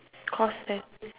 cos test